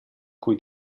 cui